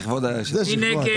מי נגד?